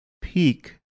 peak